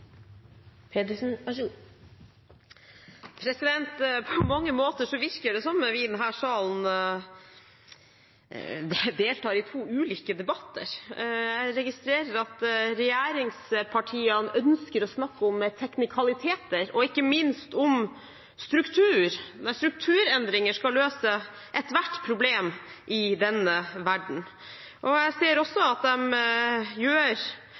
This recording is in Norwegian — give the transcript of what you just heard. På mange måter virker det som om vi i denne salen deltar i to ulike debatter. Jeg registrerer at regjeringspartiene ønsker å snakke om teknikaliteter, og ikke minst om struktur. Strukturendringer skal løse ethvert problem i denne verden. Jeg ser også at de gjør